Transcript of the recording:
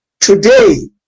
today